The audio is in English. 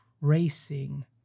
racing